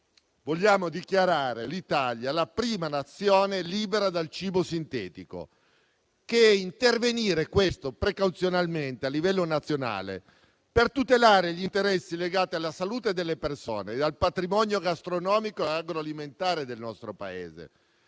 vogliamo dichiarare l'Italia come la prima Nazione libera dal cibo sintetico, intervenendo precauzionalmente a livello nazionale per tutelare gli interessi legati alla salute delle persone e al patrimonio gastronomico e agroalimentare del nostro Paese.